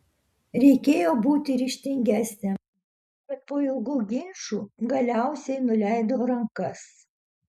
reikėjo būti ryžtingesniam bet po ilgų ginčų galiausiai nuleidau rankas